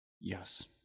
Yes